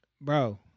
Bro